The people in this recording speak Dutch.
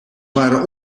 waren